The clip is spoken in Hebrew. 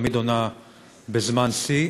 שתמיד עונה בזמן שיא,